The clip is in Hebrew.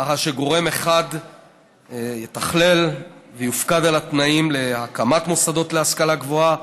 ככה שגורם אחד יתכלל ויופקד על התנאים להקמת מוסדות להשכלה גבוהה,